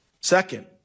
Second